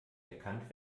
erkannt